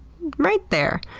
right there.